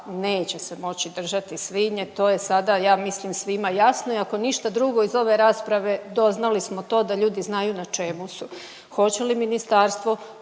neće se moći držati svinje, to je sada ja mislim svima jasno i ako ništa drugo iz ove rasprave doznali smo to da ljudi znaju na čemu su.